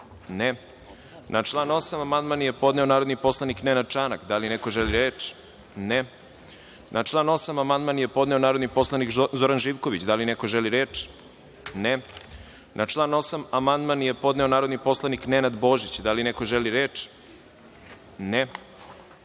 (Ne)Na član 8. amandman je podneo narodni poslanik Nenad Čanak. Da li neko želi reč? (Ne)Na član 8. amandman je podneo narodni poslanik Zoran Živković. Da li neko želi reč? (Ne)Na član 8. amandman je podneo narodni poslanik Nenad Božić. Da li neko želi reč?